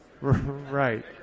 Right